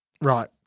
Right